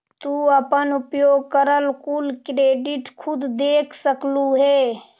तू अपन उपयोग करल कुल क्रेडिट खुद देख सकलू हे